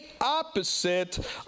opposite